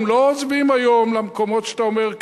הם לא עוזבים היום למקומות שאתה אומר,